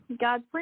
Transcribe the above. God's